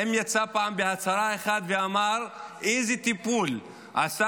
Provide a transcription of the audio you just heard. האם יצא בהצהרה אחת ואמר איזה טיפול עשה